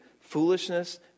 foolishness